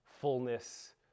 fullness